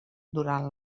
durant